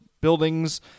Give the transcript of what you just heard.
buildings